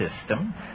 system